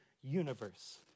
universe